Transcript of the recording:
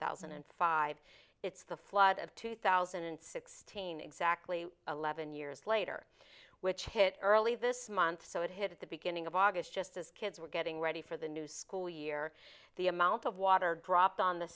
thousand and five it's the flood of two thousand and sixteen exactly eleven years later which hit early this month so it hit at the beginning of august just as kids were getting ready for the new school year the amount of water dropped on the